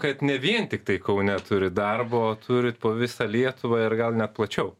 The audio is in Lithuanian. kad ne vien tiktai kaune turi darbo turit po visą lietuvą ir gal net plačiau